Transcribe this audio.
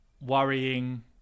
worrying